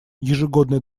ежегодный